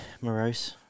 morose